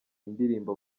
indirimbo